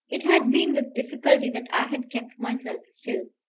it had been with difficulty that i had kept myself still.